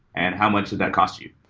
and how much did that cost you?